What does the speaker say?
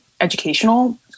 educational